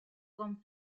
con